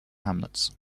hamlets